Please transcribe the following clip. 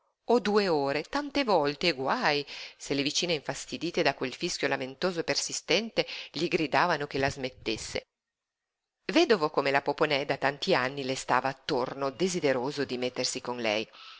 o due ore tante volte e guaj se le vicine infastidite da quel fischio lamentoso persistente gli gridavano che la smettesse vedovo come la poponè da tanti anni le stava attorno desideroso di mettersi con lei